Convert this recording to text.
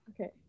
okay